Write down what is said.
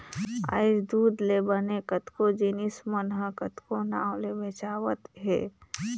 आयज दूद ले बने कतको जिनिस मन ह कतको नांव ले बेंचावत हे